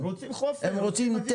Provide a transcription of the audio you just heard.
בעוד חודשיים-שלושה,